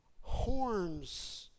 horns